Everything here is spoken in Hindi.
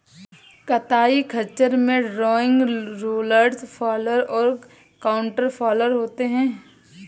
कताई खच्चर में ड्रॉइंग, रोलर्स फॉलर और काउंटर फॉलर होते हैं